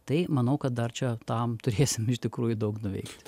tai manau kad dar čia tam turėsim iš tikrųjų daug nuveikt